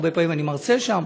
הרבה פעמים אני מרצה שם,